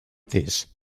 this